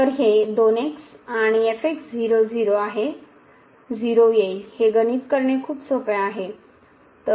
तर हे 2x आणि आहे 0 येईल हे गणित करणे खूप सोपे आहे